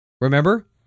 Remember